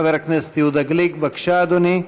חבר הכנסת יהודה גליק, בבקשה, אדוני.